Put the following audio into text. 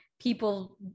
people